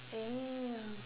ya